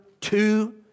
two